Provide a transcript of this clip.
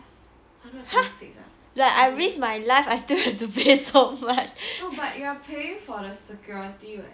!huh! like I risk my life I still have to pay so much